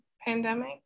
pandemic